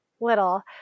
little